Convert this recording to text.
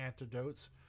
antidotes